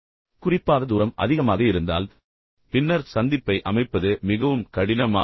குறிப்பாக தூரம் அதிகமாக இருந்தால் பின்னர் சந்திப்பை அமைப்பது மிகவும் கடினமாக இருக்கும்